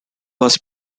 was